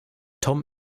tom